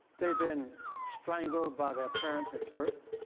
they've been strangled by their parents at birth.